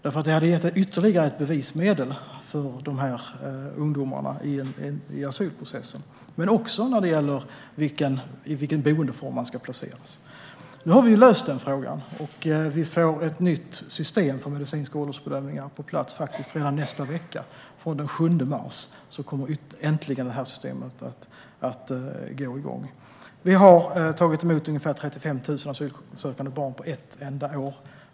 Det hade blivit ytterligare ett bevismedel för ungdomarna i asylprocessen. Det gäller också i vilken boendeform de ska placeras. Nu har den frågan lösts. Det kommer ett nytt system för medicinska åldersbedömningar på plats redan nästa vecka. Den 7 mars kommer äntligen systemet att gå igång. Sverige har tagit emot ungefär 35 000 asylsökande barn på ett enda år.